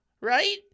right